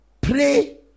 Pray